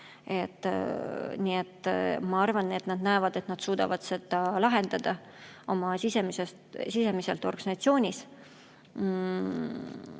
ma arvan, et nad näevad, et nad suudavad seda lahendada oma organisatsioonis